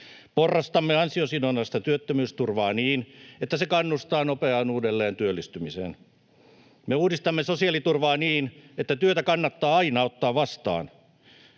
Porrastamme ansiosidonnaista työttömyysturvaa niin, että se kannustaa nopeaan uudelleentyöllistymiseen. Me uudistamme sosiaaliturvaa niin, että työtä kannattaa aina ottaa vastaan.